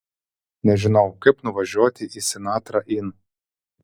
nežinau kaip nuvažiuoti į sinatra inn